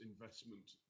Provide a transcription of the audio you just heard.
investment